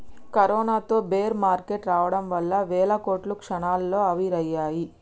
కరోనాతో bear market రావడం వల్ల వేల కోట్లు క్షణాల్లో ఆవిరయ్యాయి